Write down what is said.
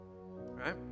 right